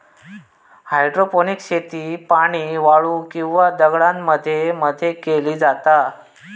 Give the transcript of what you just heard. hydroponics शेती पाणी, वाळू किंवा दगडांमध्ये मध्ये केली जाता